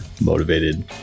motivated